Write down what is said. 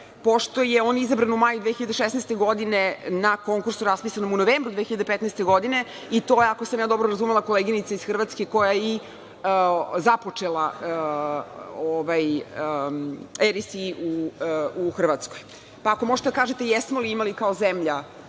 pošto je on izabran u maju 2016. godine na konkursu raspisanom u novembru 2015. godine i to je, ako sam dobro razumela, koleginica iz Hrvatske koja je i započela ovo u Hrvatskoj. Ako možete da kažete – jesmo li imali kao zemlja